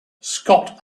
scott